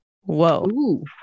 whoa